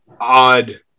odd